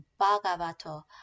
Bhagavato